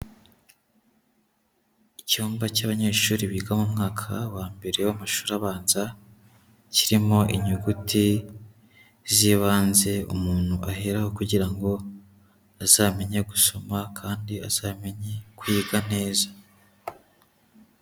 Icyumba cy'abanyeshuri biga mu mwaka wa mbere w'amashuri abanza, kirimo inyuguti z'ibanze umuntu aheraho kugira ngo azamenye gusoma kandi azamenye kwiga neza.